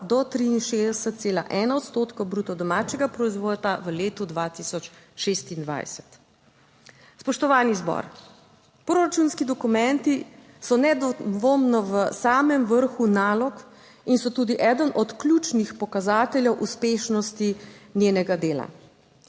odstotka bruto domačega proizvoda v letu 2026. Spoštovani zbor! Proračunski dokumenti so nedvomno v samem vrhu nalog in so tudi eden od ključnih pokazateljev uspešnosti. Njenega dela